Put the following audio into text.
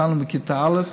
התחלנו בכיתה א',